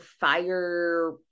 fire